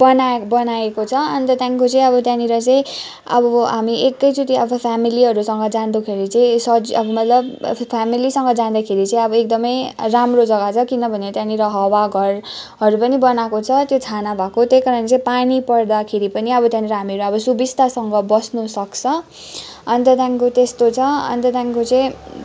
बना बनाएको छ अन्त त्यहाँदेखिको चाहिँ त्यहाँनिर चाहिँ अब हामी एक्कैचोटी अब फ्यिमलीहरूसँग जाँदाखेरि चाहिँ सजि मतलब फ्यामिलीसँग जाँदाखेरि चाहिँ अब एकदमै राम्रो जग्गा छ किनभने त्यहाँनिर हवाघरहरू पनि बनाएको छ त्यो छाना भएको त्यही कारण चाहिँ पानी पर्दाखेरि पनि अब त्यहाँनिर हामीरू अब सुबिस्तासँग बस्नु सक्छ अन्त त्यहाँदेखिको त्यस्तो छ अन्त त्यहाँदेखिको चाहिँ